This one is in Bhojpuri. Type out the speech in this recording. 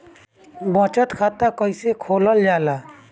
बचत खाता कइसे खोलल जाला?